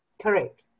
Correct